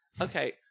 Okay